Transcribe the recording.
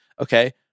Okay